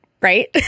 right